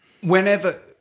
whenever